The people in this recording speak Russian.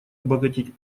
обогатить